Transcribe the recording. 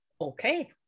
okay